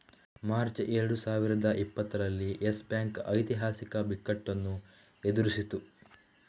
March ಎರಡು ಸಾವಿರದ ಇಪ್ಪತ್ತರಲ್ಲಿ ಯೆಸ್ ಬ್ಯಾಂಕ್ ಐತಿಹಾಸಿಕ ಬಿಕ್ಕಟ್ಟನ್ನು ಎದುರಿಸಿತು